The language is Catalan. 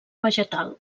vegetal